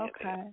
okay